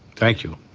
thank you.